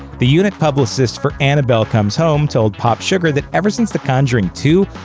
the unit publicist for annabelle comes home told popsugar that ever since the conjuring two,